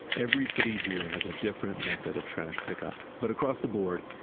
every city here has a different method of trash pickup. but across the board,